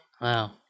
Wow